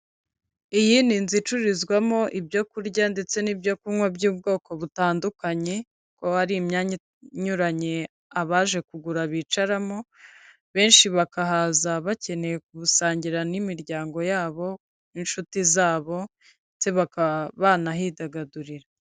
Iyi ni inzu icururizwamo ibyo kurya ndetse n'ibyo kunywa by'ubwoko butandukanye, kuko hari imyanya inyuranye abaje kugura bicaramo, benshi bakahaza bakeneye gusangira n'imiryango yabo, n'inshuti zabo, ndetse bakaba banahidagadurira.